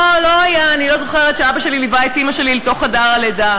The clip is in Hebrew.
אני לא זוכרת שאבא שלי ליווה את אימא שלי לתוך חדר הלידה.